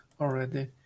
already